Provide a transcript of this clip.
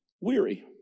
weary